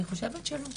אני חושבת שלא.